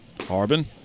Harbin